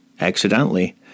accidentally